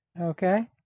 Okay